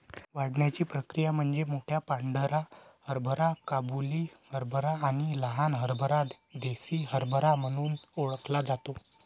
वाढण्याची प्रक्रिया म्हणजे मोठा पांढरा हरभरा काबुली हरभरा आणि लहान हरभरा देसी हरभरा म्हणून ओळखला जातो